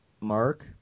Mark